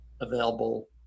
available